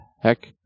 heck